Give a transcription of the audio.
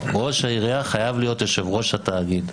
ראש העירייה חייב להיות יושב-ראש התאגיד.